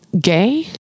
gay